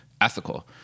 ethical